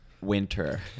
Winter